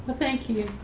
thank you.